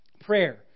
Prayer